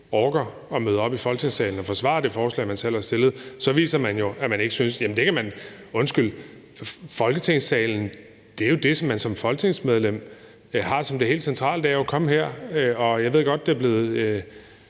orker at møde op i Folketingssalen og forsvare det forslag, man selv har fremsat, så viser man jo, at man ikke synes, at det er vigtigt. Folketingssalen er jo det sted, som det som folketingsmedlem er helt centralt at komme. Jeg ved godt, at det er blevet